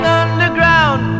underground